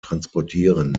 transportieren